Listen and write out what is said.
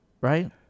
Right